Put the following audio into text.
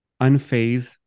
unfazed